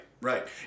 right